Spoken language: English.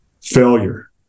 failure